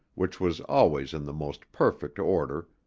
which was always in the most perfect order,